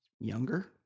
Younger